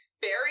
Barry